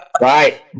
Right